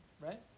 right